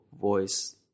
voice